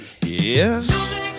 Yes